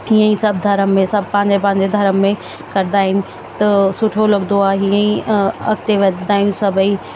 हीअं ई सभु धर्म में सभु पंहिंजे पंहिंजे धर्म में त सुठो लगंदो आहे हीअं ई त अॻिते वधंदा आहियूं सभई